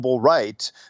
right